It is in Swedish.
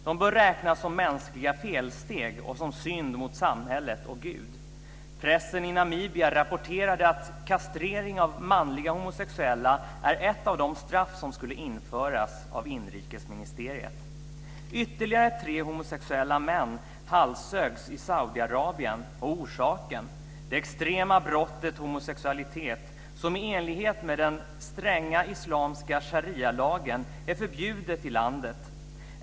De bör räknas som mänskliga felsteg och som synd mot samhället och Gud. Pressen i Namibia rapporterade att kastrering av manliga homosexuella var ett av de straff som skulle införas av inrikesministeriet. Saudiarabien. Orsaken var det extrema brottet homosexualitet, som i enlighet med den stränga islamiska sharialagen är förbjuden i landet.